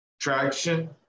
Traction